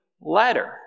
letter